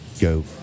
go